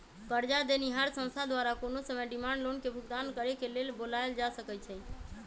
करजा देनिहार संस्था द्वारा कोनो समय डिमांड लोन के भुगतान करेक लेल बोलायल जा सकइ छइ